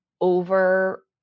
over